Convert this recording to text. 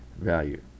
value